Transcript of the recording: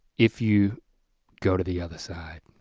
if you go to the other side.